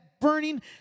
burning